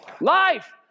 life